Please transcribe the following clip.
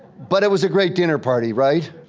but it was a great dinner party, right?